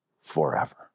forever